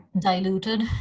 diluted